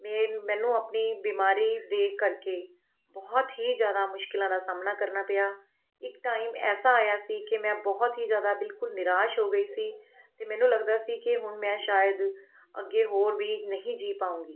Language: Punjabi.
ਮੇ ਮੈਨੂੰ ਆਪਣੀ ਬਿਮਾਰੀ ਦੇ ਕਰਕੇ ਬਹੁਤ ਹੀ ਜ਼ਿਆਦਾ ਮੁਸ਼ਕਲਾਂ ਦਾ ਸਾਹਮਣਾ ਕਰਨਾ ਪਿਆ ਇੱਕ ਟਾਈਮ ਐਸਾ ਆਇਆ ਸੀ ਕਿ ਮੈਂ ਬਹੁਤ ਹੀ ਜ਼ਿਆਦਾ ਬਿਲਕੁਲ ਨਿਰਾਸ਼ ਹੋ ਗਈ ਸੀ ਅਤੇ ਮੈਨੂੰ ਲੱਗਦਾ ਸੀ ਕਿ ਹੁਣ ਮੈਂ ਸ਼ਾਇਦ ਅੱਗੇ ਹੋਰ ਵੀ ਨਹੀਂ ਜੀ ਪਾਉਂਗੀ